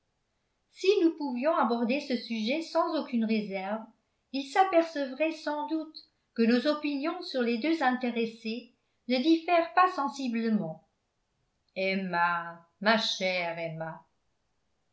si nous pouvions aborder ce sujet sans aucune réserve il s'apercevrait sans doute que nos opinions sur les deux intéressés ne diffèrent pas sensiblement emma ma chère emma